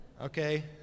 Okay